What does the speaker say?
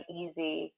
easy